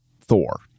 Thor